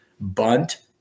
bunt